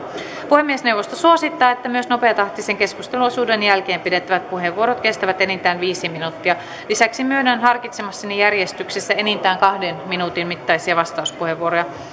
puhemiesneuvosto suosittaa että myös nopeatahtisen keskusteluosuuden jälkeen pidettävät puheenvuorot kestävät enintään viisi minuuttia lisäksi myönnän harkitsemassani järjestyksessä enintään kahden minuutin mittaisia vastauspuheenvuoroja